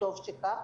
וטוב שכך.